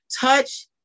Touch